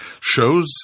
Shows